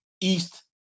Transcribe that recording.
east